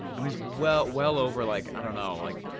i mean well well over like i don't know like